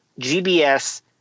GBS